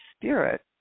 spirit